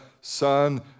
son